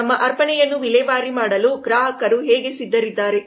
ನಮ್ಮ ಅರ್ಪಣೆಯನ್ನು ವಿಲೇವಾರಿ ಮಾಡಲು ಗ್ರಾಹಕರು ಹೇಗೆ ಸಿದ್ಧರಿದ್ದಾರೆ